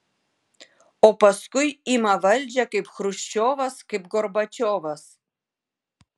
o paskui ima valdžią kaip chruščiovas kaip gorbačiovas